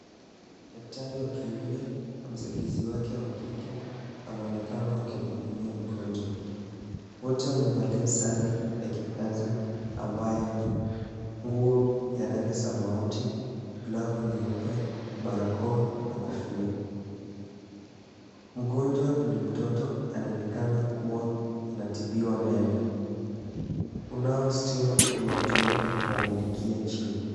Daktari wa kiume na msaidizi wake wa kike, wanaonekana wakimhudumia mgonjwa. Wote wamevalia sare ya kikazi ambayo ni nguo ya rangi samawati, glavu nyeupe, barakoa na kofia. Mgonjwa ni mtoto, anaonekana kuwa anatibiwa meno. Kunao stima unaotumika kuwamulikia chini.